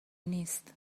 نیست